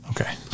okay